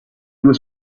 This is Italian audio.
due